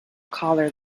collar